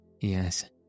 Yes